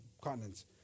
continents